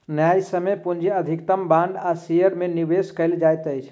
न्यायसम्य पूंजी अधिकतम बांड आ शेयर में निवेश कयल जाइत अछि